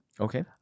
Okay